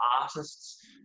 artists